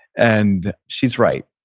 and she's right.